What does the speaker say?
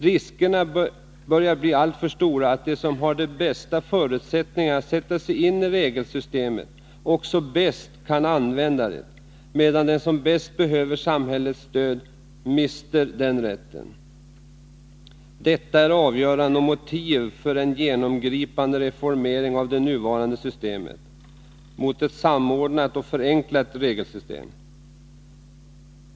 Riskerna börjar bli alltför stora att de som har de bästa förutsättningarna att sätta sig in i regelsystemet också bäst kan använda det, medan de som bäst behöver samhällets stöd går miste om denna rätt. Detta är avgörande motiv för en genomgripande reformering av det nuvarande bidragssystemet — mot ett samordnat och förenklat regelsystem.